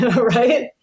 right